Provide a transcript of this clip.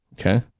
Okay